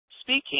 speaking